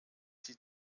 sie